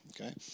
Okay